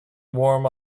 warm